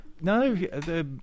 No